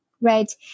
right